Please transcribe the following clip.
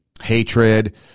hatred